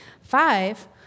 Five